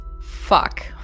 fuck